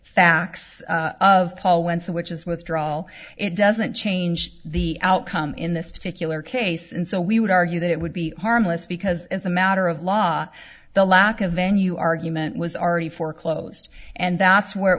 so which is withdrawal it doesn't change the outcome in this particular case and so we would argue that it would be harmless because as a matter of law the lack of venue argument was already foreclosed and that's where